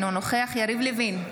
אינו נוכח יריב לוין,